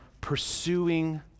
pursuing